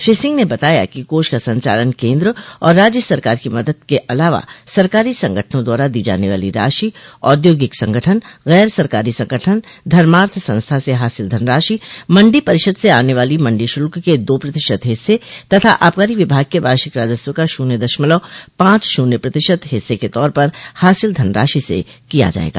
श्री सिंह ने बताया कि कोष का संचालन केन्द्र और राज्य सरकार की मदद के अलावा सरकारी संगठनों द्वारा दी जाने वाली राशि औद्योगिक संगठन गैर सरकारी संगठन धमाथ संस्था से हासिल धनराशि मंडी परिषद से आने वाले मंडी शुल्क के दो प्रतिशत हिस्से तथा आबकारी विभाग के वार्षिक राजस्व का शून्य दशमलव पांच शून्य प्रतिशत हिस्से के तौर पर हासिल धनराशि से किया जायेगा